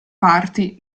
parti